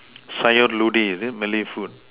Sayur-Lodeh is it Malay food